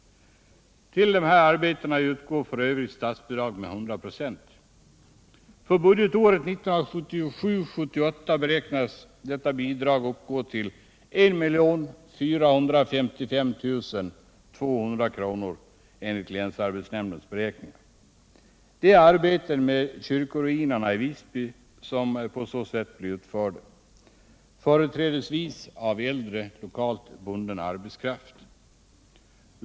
Till dessa arbeten utgår f. ö. statsbidrag med 100 96. För budgetåret 1977/78 beräknas detta bidrag uppgå till I 455 200 kr. enligt länsarbetsnämndens beräkningar. Det är arbeten med kyrkoruinerna i Visby som på så sätt blir utförda, företrädesvis av äldre lokalt bunden arbetskraft.